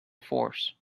force